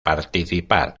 participar